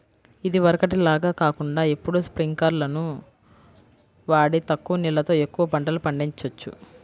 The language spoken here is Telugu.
ఇదివరకటి లాగా కాకుండా ఇప్పుడు స్పింకర్లును వాడి తక్కువ నీళ్ళతో ఎక్కువ పంటలు పండిచొచ్చు